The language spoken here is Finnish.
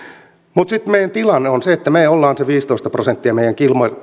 mutta sitten meidän tilanteemme on se että me olemme sen viisitoista prosenttia meidän